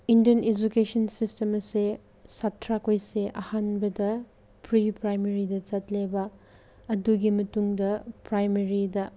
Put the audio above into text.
Indian education system ꯑꯁꯦ ꯁꯥꯇ꯭ꯔꯈꯣꯏꯁꯦ ꯑꯍꯥꯟꯕꯗ ꯐ꯭ꯔꯤ ꯄ꯭ꯔꯥꯏꯃꯔꯤꯗ ꯆꯠꯂꯦꯕ ꯑꯗꯨꯒꯤ ꯃꯇꯨꯡꯗ ꯄ꯭ꯔꯥꯏꯃꯔꯤꯗ